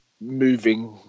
moving